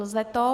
Lze to.